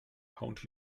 haunt